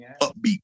upbeat